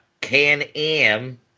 Can-Am